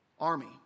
army